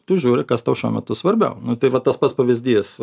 tu žiūri kas tau šiuo metu svarbiau nu tai va tas pats pavyzdys